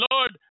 Lord